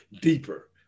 deeper